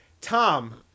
Tom